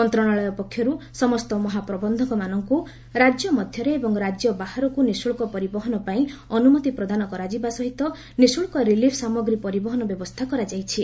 ମନ୍ତ୍ରଣାଳୟ ପକ୍ଷରୁ ସମସ୍ତ ମହାପ୍ରବନ୍ଧକମାନଙ୍କୁ ରାଜ୍ୟ ମଧ୍ୟରେ ଏବଂ ରାଜ୍ୟ ବାହାରକୁ ନିଶୁଳ୍କ ପରିବହନ ପାଇଁ ଅନୁମତି ପ୍ରଦାନ କରାଯିବା ସହିତ ନିଶୁଳ୍କ ରିଲିଫ ସାମଗ୍ରୀ ପରିବହନ ବ୍ୟବସ୍ଥା କରାଯାଇଛି